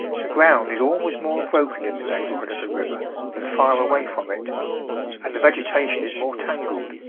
the ground is always more broken in the neighbourhood of a river than far away from it and the vegatation is more tangled.